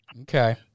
Okay